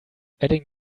adding